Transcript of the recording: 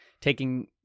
taking